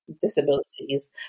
disabilities